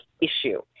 issue